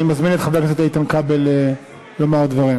אני מזמין את חבר הכנסת איתן כבל לומר דברים,